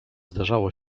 zdarzało